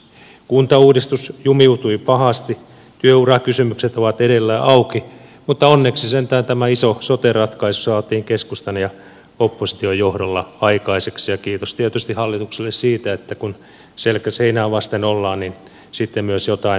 kuntauudistus jumiutui pahasti työurakysymykset ovat edelleen auki mutta onneksi sentään tämä iso sote ratkaisu saatiin keskustan ja opposition johdolla aikaiseksi ja kiitos tietysti hallitukselle siitä että kun selkä seinää vasten ollaan niin sitten myös jotain järkeviä ratkaisuja tehdään